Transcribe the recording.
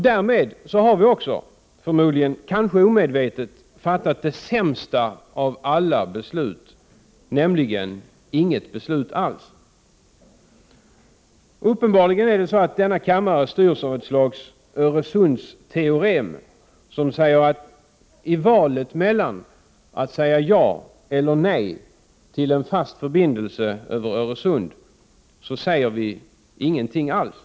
Därmed har vi också, kanske omedvetet, fattat det sämsta av alla beslut, nämligen inget beslut alls. Uppenbarligen styrs denna kammare av ett slags Öresundsteorem, som säger att i valet mellan att säga ja eller nej till en fast förbindelse över Öresund, säger vi ingenting alls.